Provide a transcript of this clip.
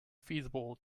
feasible